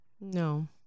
No